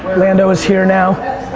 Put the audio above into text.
lando is here now,